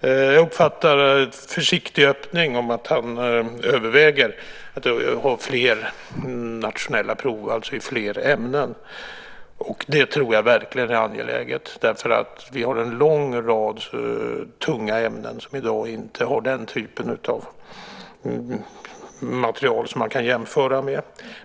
Jag uppfattar en försiktig öppning om att han överväger nationella prov i fler ämnen, och det tror jag verkligen är angeläget. Vi har en lång rad tunga ämnen där man i dag inte har den typen av material för jämförelse.